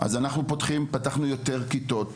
אז פתחנו יותר כיתות